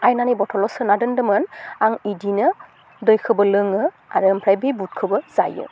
आयनानि बटलाव सोना दोन्दोंमोन आं बिदिनो दैखौबो लोङो आरो ओमफ्राय बे बुटखौबो जायो